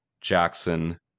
Jackson